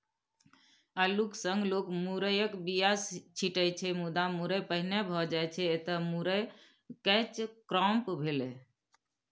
अल्लुक संग लोक मुरयक बीया छीटै छै मुदा मुरय पहिने भए जाइ छै एतय मुरय कैच क्रॉप भेलै